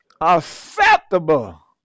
acceptable